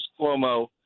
Cuomo